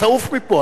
תעוף מפה,